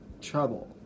trouble